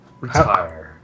retire